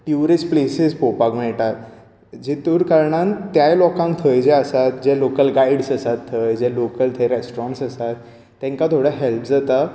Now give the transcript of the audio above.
tourist places पोवपाक मेळटात जे कारणांत त्याय लोकांक जे थंयसर लोकल गायड्स आसात जे लोकल थंय रेस्टॉरंट्स आसात तांकां थोडें हेल्प जाता